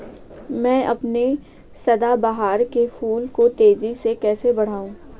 मैं अपने सदाबहार के फूल को तेजी से कैसे बढाऊं?